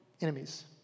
enemies